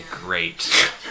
great